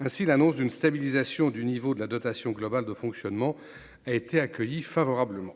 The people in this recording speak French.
ainsi, l'annonce d'une stabilisation du niveau de la dotation globale de fonctionnement a été accueillie favorablement